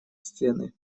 стены